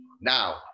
Now